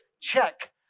check